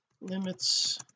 limits